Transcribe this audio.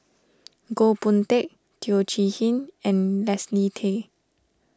Goh Boon Teck Teo Chee Hean and Leslie Tay